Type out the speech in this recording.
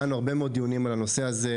היו הרבה מאוד דיונים על הנושא הזה,